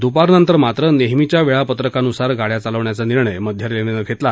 दुपारनंतर मात्र नेहमीच्या वेळापत्रकानुसार गाड्या चालवण्याचा निर्णय मध्य रेल्वेनं घेतला